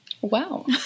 Wow